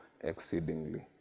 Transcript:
exceedingly